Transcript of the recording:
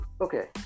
okay